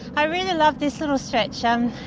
i really love this little stretch, um